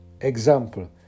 example